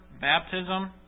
baptism